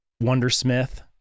wondersmith